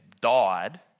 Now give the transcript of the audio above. died